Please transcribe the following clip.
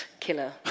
killer